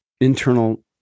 internal